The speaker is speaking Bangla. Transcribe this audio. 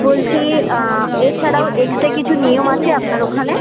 বলছি এছাড়াও এক্সট্রা কিছু নিয়ম আছে আপনার ওখানে